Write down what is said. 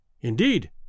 Indeed